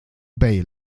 bay